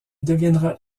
deviendra